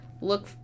look